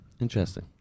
Interesting